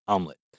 Omelet